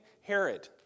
Herod